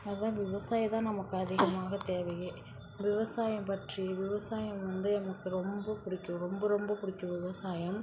அதான் விவசாயி தான் நமக்கு அதிகமாக தேவையே விவசாயம் பற்றி விவசாயம் வந்து எனக்கு ரொம்ப பிடிக்கும் ரொம்ப ரொம்ப பிடிக்கும் விவசாயம்